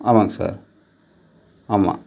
ஆமாங்க சார் ஆமாம்